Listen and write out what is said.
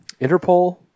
Interpol